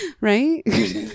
Right